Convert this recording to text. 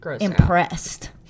impressed